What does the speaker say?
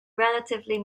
relatively